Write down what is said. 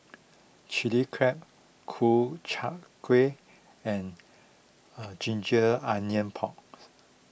Chili Crab Ku Chai Kueh and Ginger Onions Porks